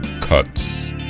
cuts